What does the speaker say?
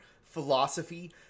philosophy